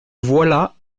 voilà